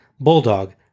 Bulldog